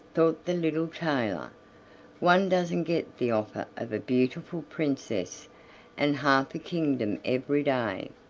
thought the little tailor one doesn't get the offer of a beautiful princess and half a kingdom every day.